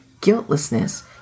guiltlessness